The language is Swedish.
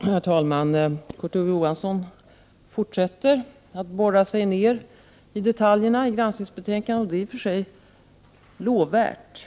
Herr talman! Kurt Ove Johansson fortsätter att borra sig ner i detaljerna i granskningsbetänkandet. Det är i och för sig lovvärt.